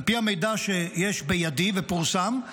על פי המידע שיש בידי ופורסם,